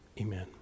Amen